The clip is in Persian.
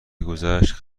گذشت